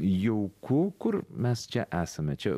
jauku kur mes čia esame čia